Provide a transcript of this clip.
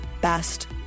best